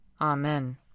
Amen